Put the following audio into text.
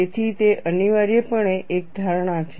તેથી તે અનિવાર્યપણે એક ધારણા છે